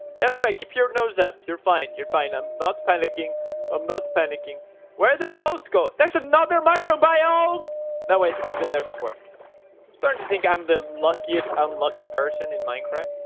yes, right. keep your nose up. you're fine. you're fine. i'm not but panicking i'm not panicking where they both go. there's another mushroom biome now wait, we've been there before i'm starting to think. i'm the luckiest unlucky person in minecraft